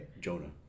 Jonah